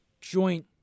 joint